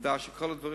עובדה שכל הדברים